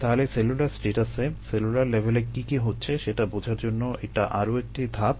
তাহলে সেলুলার স্ট্যাটাসে সেলুলার লেভেলে কী কী হচ্ছে সেটা বোঝার জন্য এটা আরো একটি ধাপ